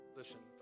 listen